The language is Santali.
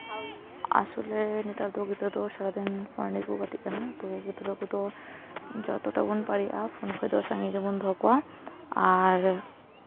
ᱟᱥᱚᱞᱮ ᱱᱮᱛᱟᱨ ᱫᱚ ᱜᱤᱫᱽᱨᱟᱹ ᱫᱚ ᱥᱟᱨᱟᱫᱤᱱ ᱜᱮᱠᱚ ᱜᱟᱛᱮᱜ ᱠᱟᱱᱟ ᱛᱚ ᱜᱤᱫᱽᱨᱟᱹ ᱠᱚᱫᱚ ᱡᱚᱛᱚᱴᱟ ᱵᱚᱱ ᱫᱟᱲᱮᱭᱟᱜᱼᱟ ᱯᱷᱳᱱ ᱠᱷᱚᱱ ᱫᱚ ᱥᱟᱺᱜᱤᱧ ᱨᱮᱵᱚᱱ ᱫᱚᱦᱚ ᱠᱚᱣᱟ ᱟᱨ